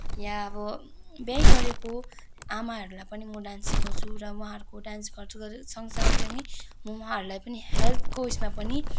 या अब बिहै गरेको आमाहरूलाई पनि म डान्स सिकाउँछु र उहाँहरूको डान्सहरू सँगसँगै पनि म उहाँहरूलाई पनि हेल्थको उइसमा पनि